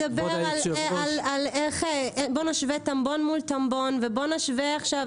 על איך בוא נשווה טמבון מול טמבון ובוא נשווה עכשיו